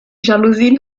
jalousien